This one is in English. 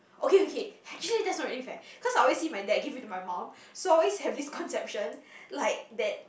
okay okay actually that's not really fair cause I always see my dad give in to my mum so I always have this conception like that